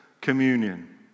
communion